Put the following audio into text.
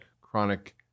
chronic